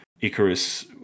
Icarus